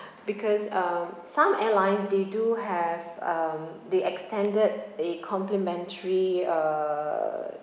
because um some airlines they do have um they extended a complimentary uh